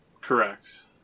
Correct